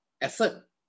effort